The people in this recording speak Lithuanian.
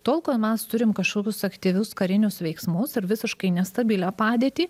tol kol mes turim kažkokius aktyvius karinius veiksmus ir visiškai nestabilią padėtį